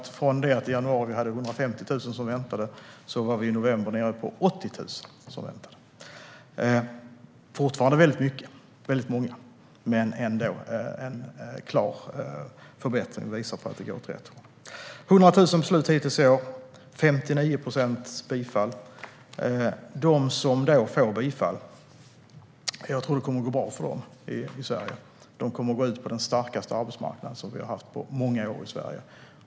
Från det att vi i januari hade 150 000 som väntade på beslut var vi i november nere i 80 000. Det är fortfarande väldigt många, men det är ändå en klar förbättring. Det visar på att det går åt rätt håll. 100 000 beslut har hittills fattats i år, 59 procent om bifall. Dem som får bifall tror jag att det kommer att gå bra för i Sverige. De kommer att gå ut på den starkaste arbetsmarknad som vi har haft på många år i Sverige.